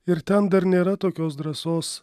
ir ten dar nėra tokios drąsos